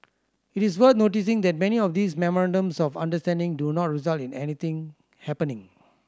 it is worth noting that many of these memorandums of understanding do not result in anything happening